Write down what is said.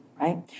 Right